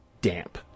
damp